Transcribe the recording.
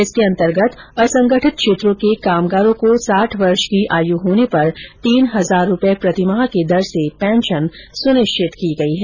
इसके अंतर्गत असंगठित क्षेत्रों के कामगारों को साठ वर्ष की आयु होने पर तीन हजार रुपयेप्रतिमाह की दर से पेंशन सुनिश्चित की गई है